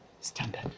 standard